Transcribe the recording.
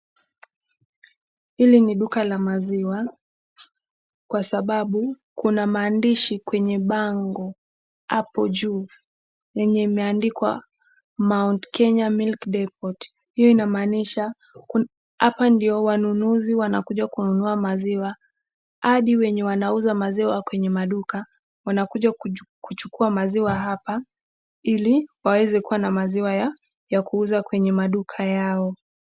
Hili ni duka la maziwa kwa sababu kuna maandishi kwenye bango hapo juu yenye imeandikwa Mount Kenya Milk Depot. Hiyo inamaanisha hapa ndio wanunuzi wanakuja kununua maziwa. Hadi wenye wanauza maziwa kwenye maduka, wanakuja kuchukua maziwa hapa ili waweze kuwa na maziwa ya kuuza kwenye maduka yao.